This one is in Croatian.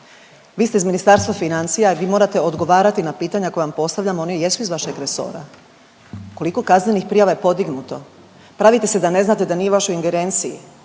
Vi ste iz Ministarstva financija i vi morate odgovarati na pitanja koja vam postavljam oni jesu iz vašeg resora, koliko kaznenih prijava je podignuto? Pravite se da ne znate da nije u vašoj ingerenciji.